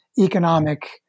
economic